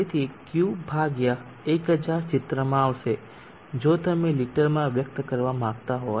તેથી Q ભાગ્યા 1000 ચિત્રમાં આવશે જો તમે લિટરમાં વ્યક્ત કરવા માંગતા હોય